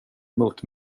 emot